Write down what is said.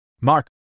Mark